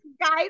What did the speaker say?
guys